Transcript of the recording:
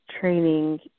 training